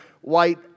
white